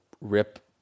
rip